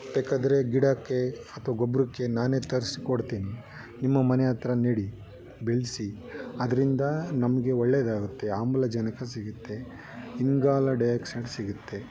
ಬೇಕಾದರೆ ಗಿಡಕ್ಕೆ ಅಥ್ವಾ ಗೊಬ್ಬರಕ್ಕೆ ನಾನೇ ತರಿಸ್ಕೊಡ್ತೀನಿ ನಿಮ್ಮ ಮನೆ ಹತ್ರ ನೆಡಿ ಬೆಳೆಸಿ ಅದ್ರಿಂದ ನಮಗೆ ಒಳ್ಳೇದಾಗುತ್ತೆ ಆಮ್ಲಜನಕ ಸಿಗುತ್ತೆ ಇಂಗಾಲ ಡೈ ಆಕ್ಸೈಡ್ ಸಿಗುತ್ತೆ